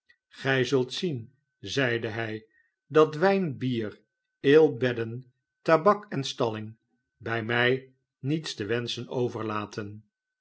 gij zult zien zeide hij dat wijn bier ale bedden tabak en stalling bij mij niets te wenschen overlaten